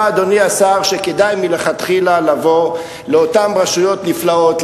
שכדאי מלכתחילה לבוא לאותן רשויות נפלאות,